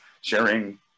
sharing